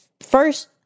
first